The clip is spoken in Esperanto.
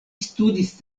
studis